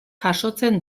jasotzen